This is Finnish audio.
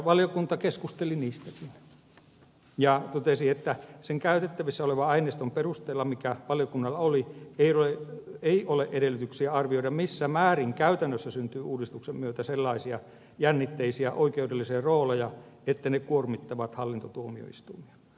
valiokunta keskusteli niistäkin ja totesi että sen käytettävissä olevan aineiston perusteella mikä valiokunnalla oli ei ole edellytyksiä arvioida missä määrin käytännössä syntyy uudistuksen myötä sellaisia jännitteisiä oikeudellisia rooleja että ne kuormittavat hallintotuomioistuimia